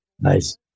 nice